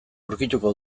aurkituko